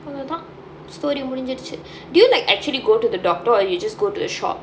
from the top story முடிஞ்சிருச்சு:mudinchchiruchu do you like actually go to the doctor or you just go to the shop